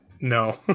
No